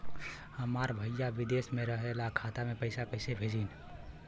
हमार भईया विदेश से हमारे खाता में पैसा कैसे भेजिह्न्न?